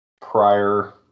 prior